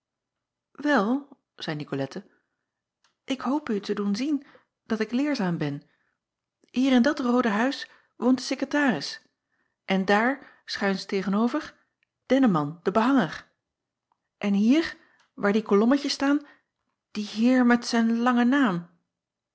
el zeî icolette ik hoop u te doen zien dat ik leerzaam ben hier in dat roode huis woont de sekretaris en daar schuins tegen-over enneman de be acob van ennep laasje evenster delen hanger en hier waar die kolommetjes staan die eer met zijn langen naam